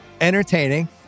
entertaining